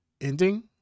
ending